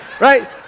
right